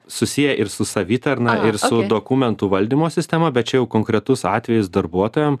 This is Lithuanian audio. susiję ir su svaitarna ir su dokumentų valdymo sistema bet čia jau konkretus atvejis darbuotojam